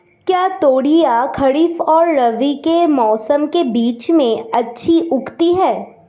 क्या तोरियां खरीफ और रबी के मौसम के बीच में अच्छी उगती हैं?